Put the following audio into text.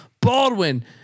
Baldwin